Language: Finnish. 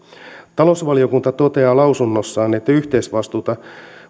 talousvaliokunta toteaa lausunnossaan että yhteisvastuusta